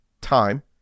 time